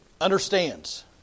understands